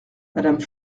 madame